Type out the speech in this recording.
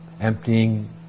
emptying